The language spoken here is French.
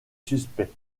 suspects